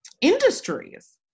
industries